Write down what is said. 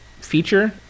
Feature